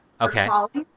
okay